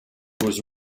was